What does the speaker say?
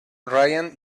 ryan